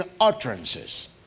utterances